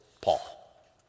Paul